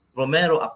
Romero